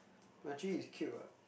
but Jun-Yi is cute [what]